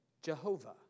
Jehovah